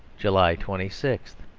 july twenty six.